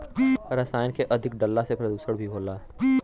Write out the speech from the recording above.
रसायन के अधिक डलला से प्रदुषण भी होला